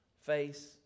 face